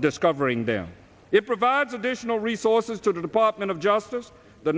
discovering them it provides additional resources to the department of justice the